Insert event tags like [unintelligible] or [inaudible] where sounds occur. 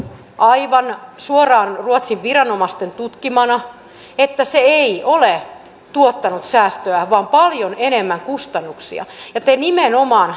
aivan suoraan ruotsin viranomaisten tutkimana että se ei ole tuottanut säästöä vaan paljon enemmän kustannuksia ja te nimenomaan [unintelligible]